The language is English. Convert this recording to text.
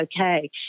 okay